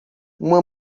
uma